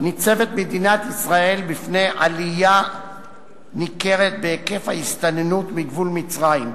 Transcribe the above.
ניצבת מדינת ישראל בפני עלייה ניכרת בהיקף ההסתננות מגבול מצרים.